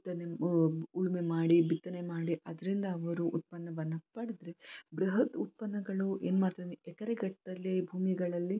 ಉತ್ತನೆ ಉಳುಮೆ ಮಾಡಿ ಬಿತ್ತನೆ ಮಾಡಿ ಅದರಿಂದ ಅವರು ಉತ್ಪನ್ನವನ್ನು ಪಡೆದ್ರೆ ಬೃಹತ್ ಉತ್ಪನ್ನಗಳು ಏನು ಮಾಡ್ತಾ ಎಕರೆಗಟ್ಟಲೆ ಭೂಮಿಗಳಲ್ಲಿ